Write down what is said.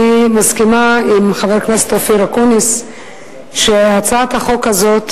אני מסכימה עם חבר הכנסת אופיר אקוניס שהצעת החוק הזאת,